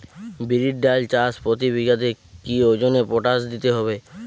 বিরির ডাল চাষ প্রতি বিঘাতে কি ওজনে পটাশ দিতে হবে?